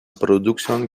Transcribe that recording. producción